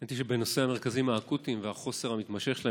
האמת היא שבנושא המרכזים האקוטיים והחוסר המתמשך שלהם